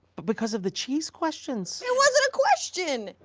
because of the cheese questions? it wasn't a question,